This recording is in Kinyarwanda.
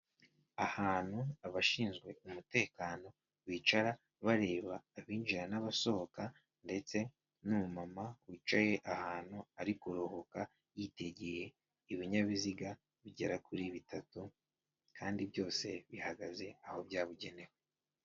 Ahantu abashinzwe umutekano bicara, bareba abinjira n'abasohoka ndetse n'umumama wicaye ahantu ari kuruhuka, yitegeye ibinyabiziga bigera kuri bitatu kandi byose bihagaze aho byabugenewe.